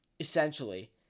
essentially